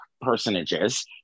personages